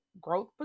growth